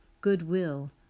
goodwill